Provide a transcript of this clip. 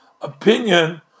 opinion